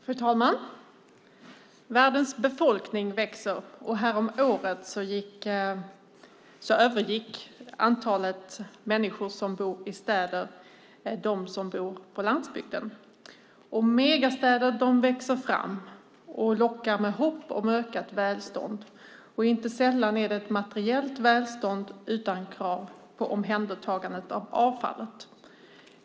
Fru talman! Världens befolkning växer, och häromåret övergick antalet människor som bor i städer det antal människor som bor på landsbygden. Megastäder växer fram och lockar med hopp om ökat välstånd. Inte sällan är det ett materiellt välstånd utan krav på omhändertagande av avfallet.